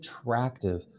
attractive